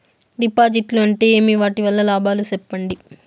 డిపాజిట్లు అంటే ఏమి? వాటి వల్ల లాభాలు సెప్పండి?